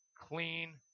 clean